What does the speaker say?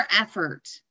effort